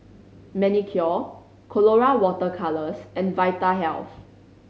Manicare Colora Water Colours and Vitahealth